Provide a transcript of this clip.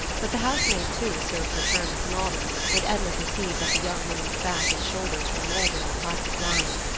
but the housemaid, too, served her term as model when edna perceived that the young woman's back and shoulders were molded on classic lines,